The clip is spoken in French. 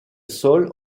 sol